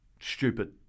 stupid